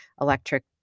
electric